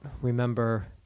remember